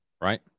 right